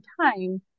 time